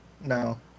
No